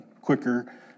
quicker